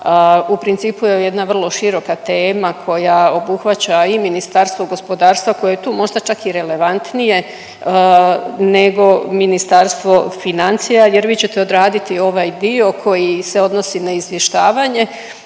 u principu je jedna vrlo široka tema koja obuhvaća i Ministarstvo gospodarstva koje je tu možda čak i relevantnije nego Ministarstvo financija jer vi ćete odraditi ovaj dio koji se odnosi na izvještavanje,